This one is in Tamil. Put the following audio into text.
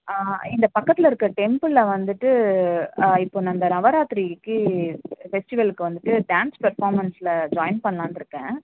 ஆ இந்த பக்கத்தில் இருக்க டெம்பிளில் வந்துட்டு இப்போ இந்த நவராத்திரிக்கு ஃபெஸ்டிவலுக்கு வந்துட்டு டான்ஸ் பெர்ஃபார்மென்ஸ்சில் ஜாயின் பண்ணலான்ருக்கேன்